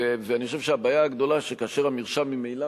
אני חושב שהבעיה הגדולה היא שכאשר המרשם ממילא